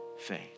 faith